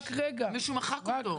מישהו מחק אותו.